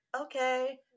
okay